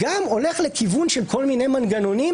הולך לכיוון של כל מיני מנגנונים,